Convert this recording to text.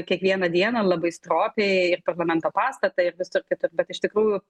kiekvieną dieną labai stropiai ir parlamento pastatą ir visur kitur bet iš tikrųjų